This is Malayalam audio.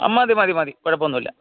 ആ മതി മതി മതി കുഴപ്പമൊന്നും ഇല്ല